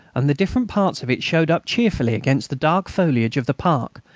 and the different parts of it showed up cheerfully against the dark foliage of the park,